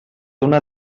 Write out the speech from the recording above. una